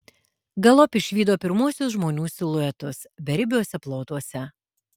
galop išvydo pirmuosius žmonių siluetus beribiuose plotuose